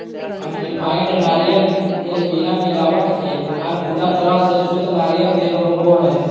unrefined नारियल तेल बिना मिलावट के आर पूरा तरह से शुद्ध नारियल तेल होवो हय